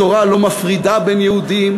התורה לא מפרידה בין יהודים,